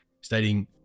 stating